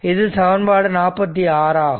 இது சமன்பாடு 46 ஆகும்